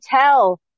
tell